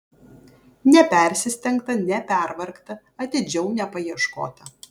nepersistengta nepervargta atidžiau nepaieškota